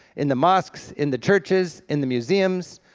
in the mosques, in the churches, in the museums,